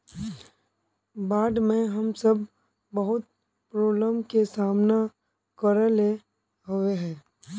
बाढ में हम सब बहुत प्रॉब्लम के सामना करे ले होय है?